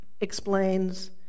explains